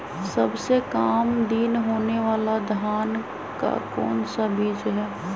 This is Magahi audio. सबसे काम दिन होने वाला धान का कौन सा बीज हैँ?